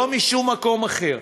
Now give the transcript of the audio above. לא משום מקום אחר.